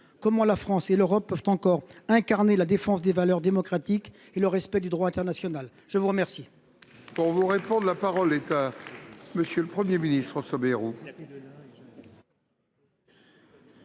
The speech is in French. comment la France et l’Europe peuvent elles encore incarner la défense des valeurs démocratiques et le respect du droit international ? La parole